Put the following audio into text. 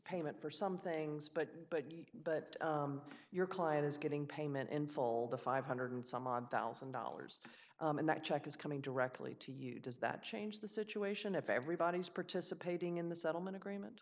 payments for some things but but but your client is getting payment in full the five hundred dollars some odd one thousand dollars and that check is coming directly to you does that change the situation if everybody's participating in the settlement agreement